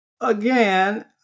again